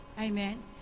Amen